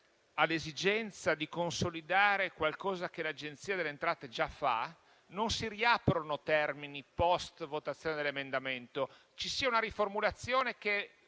all'esigenza di consolidare qualcosa che l'Agenzia delle entrate già fa, non si riaprono termini post-votazione dell'emendamento. Si faccia una riformulazione che